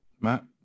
Matt